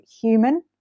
human